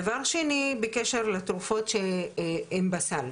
דבר שני בקשר לתרופות שהן בסל,